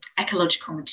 Ecological